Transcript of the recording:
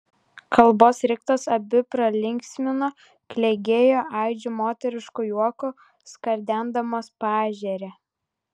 kalbos riktas abi pralinksmino klegėjo aidžiu moterišku juoku skardendamos paežerę